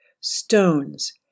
stones